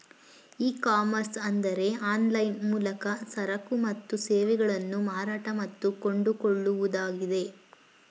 E commerce ಅಂದರೆ online ಮೂಲಕ ಸರಕು ಮತ್ತು ಸೇವೆಗಳನ್ನು ಮಾರಾಟ ಮತ್ತು ಕೊಂಡುಕೊಳ್ಳುವುದಾಗಿದೆ